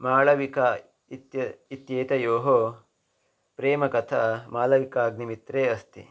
मालविका इत्य इत्येतयोः प्रेमकथा मालविकाग्निमित्रे अस्ति